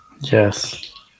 Yes